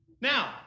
Now